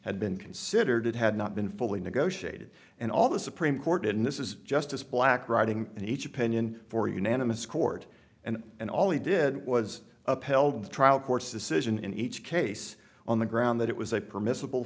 had been considered it had not been fully negotiated and all the supreme court in this is justice black writing in each opinion for unanimous court and and all they did was upheld the trial court's decision in each case on the ground that it was a permissible